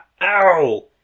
Ow